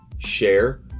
share